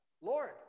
Lord